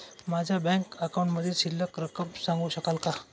माझ्या बँक अकाउंटमधील शिल्लक रक्कम सांगू शकाल का?